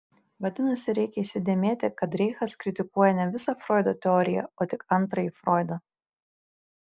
vadinasi reikia įsidėmėti kad reichas kritikuoja ne visą froido teoriją o tik antrąjį froidą